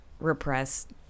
repressed